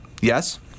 Yes